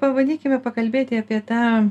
pabandykime pakalbėti apie tą